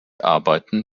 arbeiten